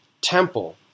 temple